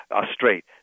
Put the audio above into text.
straight